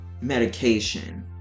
medication